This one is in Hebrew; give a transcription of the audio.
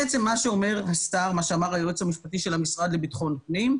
בעצם מה שאמר היועץ המשפטי של המשרד לביטחון הפנים,